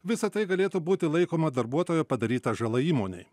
visa tai galėtų būti laikoma darbuotojo padaryta žala įmonei